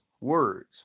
words